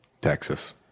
Texas